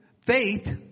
Faith